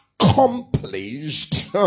accomplished